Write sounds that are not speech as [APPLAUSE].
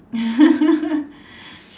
[LAUGHS]